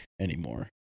anymore